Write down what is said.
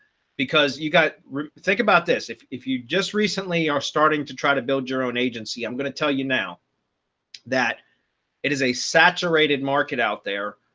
because you got to think about this, if if you just recently are starting to try to build your own agency, i'm going to tell you now that it is a saturated market out there,